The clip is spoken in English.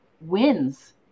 wins